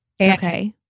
Okay